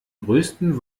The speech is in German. größten